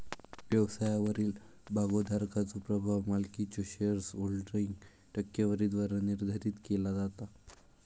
व्यवसायावरील भागोधारकाचो प्रभाव मालकीच्यो शेअरहोल्डिंग टक्केवारीद्वारा निर्धारित केला जाता